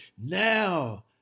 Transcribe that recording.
now